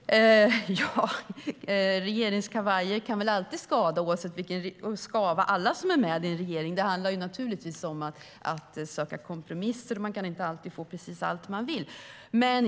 Herr talman! Regeringskavajer kan väl alltid skava på alla som är med i en regering. Det handlar naturligtvis om att söka kompromisser, och man kan inte alltid få precis allt man vill.